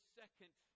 second